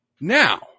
Now